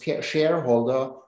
shareholder